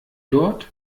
dort